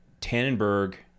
tannenberg